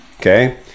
Okay